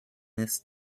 this